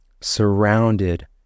surrounded